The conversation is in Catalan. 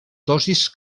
dosis